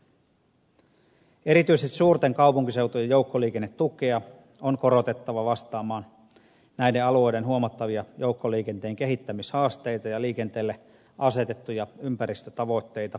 erityisesti suurten kaupunkiseutujen joukkoliikennetukea on korotettava vastaamaan näiden alueiden huomattavia joukkoliikenteen kehittämishaasteita ja liikenteelle asetettuja ympäristötavoitteita